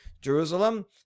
Jerusalem